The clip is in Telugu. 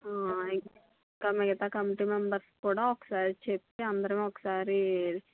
ఇంకా మిగతా కమిటీ మెంబర్స్కి కూడా ఒకసారి చెప్పి అందరం ఒకసారి